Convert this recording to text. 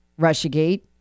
Russiagate